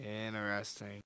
Interesting